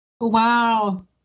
Wow